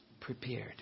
Prepared